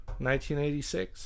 1986